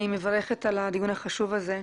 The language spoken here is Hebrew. אני מברכת על הדיון החשוב הזה.